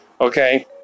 okay